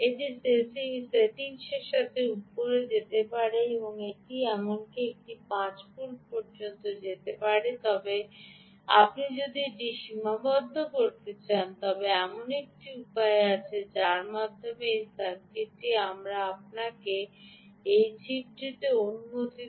এটি সেটিংসের সাথে উপরে যেতে পারে এটি এমনকি এটি 5 ভোল্ট পর্যন্ত যেতে পারে তবে আপনি যদি এটি সীমাবদ্ধ করতে চান তবে এমন একটি উপায় রয়েছে যার মাধ্যমে এই সার্কিটটি আমরা আপনাকে এই চিপটিতে অনুমতি দেব